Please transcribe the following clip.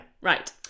Right